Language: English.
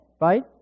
right